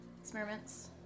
experiments